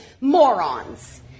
morons